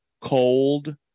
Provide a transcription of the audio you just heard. cold